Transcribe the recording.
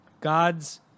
God's